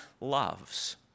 loves